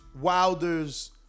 Wilder's